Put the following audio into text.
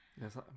Yes